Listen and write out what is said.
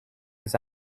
his